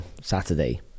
Saturday